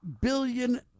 billion